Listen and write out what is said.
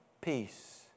peace